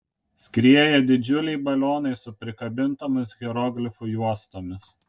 skrieja didžiuliai balionai su prikabintomis hieroglifų juostomis